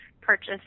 purchase